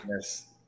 Yes